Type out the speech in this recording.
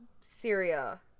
Syria